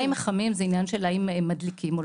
מים חמים זה עניין של אם מחממים את